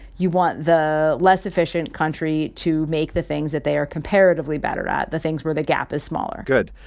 you want the less efficient country to make the things that they are comparatively better at, the things where the gap is smaller good.